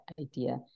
idea